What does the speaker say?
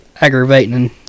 Aggravating